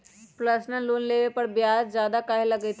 Personal loan लेबे पर ब्याज ज्यादा काहे लागईत है?